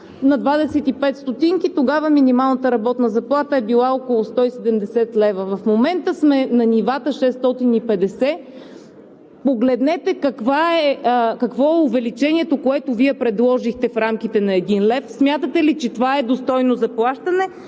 на 25 стотинки, минималната работна заплата тогава е била около 170 лв., в момента сме на нивата 650. Погледнете какво е увеличението, което Вие предложихте – в рамките на един лев. Смятате ли, че това е достойно заплащане?